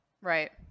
Right